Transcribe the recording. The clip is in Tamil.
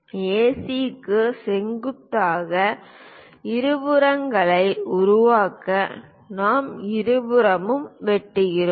AC க்கு செங்குத்தாக இருபுறங்களை உருவாக்க நாங்கள் இருபுறமும் வெட்டுகிறோம்